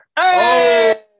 Hey